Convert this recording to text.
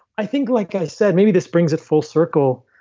i think like i said, maybe this brings it full circle.